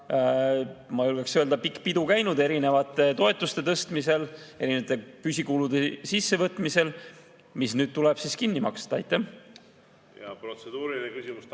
ma julgeksin öelda, pikk pidu käinud erinevate toetuste tõstmisel, erinevate püsikulude sisse[toomisel], mis nüüd tuleb kinni maksta. Aitäh!